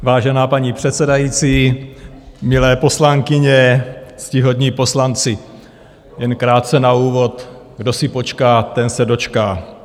Vážená paní předsedající, milé poslankyně, ctihodní poslanci, jen krátce na úvod: kdo si počká, ten se dočká.